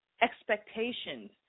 expectations